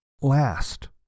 last